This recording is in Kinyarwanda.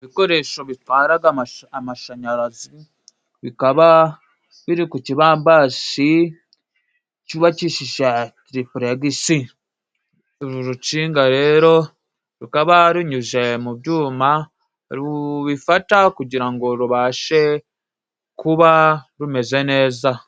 Ibikoresho bitwaraga amashanyarazi bikaba biri ku kibambashi cyubakishije tiripuregisi. urucinga rero rukaba runyujije mu byuma rubifata kugira ngo rubashe kuba rumeze neza.